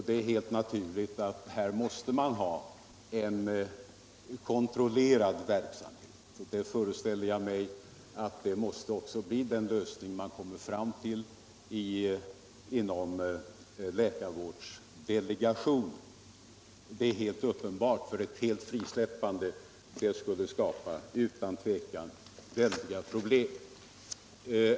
Det är helt naturligt att man här måste ha en kontrollerad verksamhet, och jag föreställer mig att det också måste bli den lösning man kommer fram till inom läkarvårdsdelegationen — det är uppenbart. Ett frisläppande skulle utan tvivel skapa stora problem.